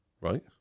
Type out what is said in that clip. Right